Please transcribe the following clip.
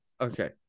Okay